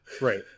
Right